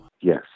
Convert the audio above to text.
Yes